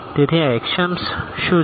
તેથી આ એક્ષિઅમ્સ શું છે